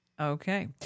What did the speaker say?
okay